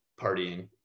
partying